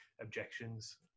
objections